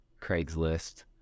Craigslist